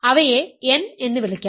അവയെ n എന്ന് വിളിക്കാം